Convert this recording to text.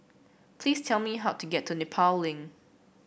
please tell me how to get to Nepal Link